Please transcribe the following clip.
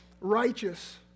righteous